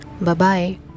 Bye-bye